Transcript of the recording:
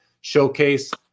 Showcase